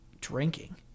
drinking